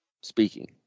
Speaking